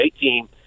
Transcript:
team